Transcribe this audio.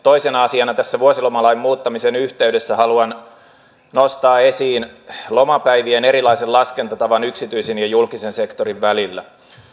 toisena asiana tässä vuosilomalain muuttamisen yhteydessä haluan nostaa esiin lomapäivien erilaisen laskentatavan yksityisen ja julkisen sektorin välillä